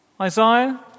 Isaiah